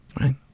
Right